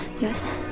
Yes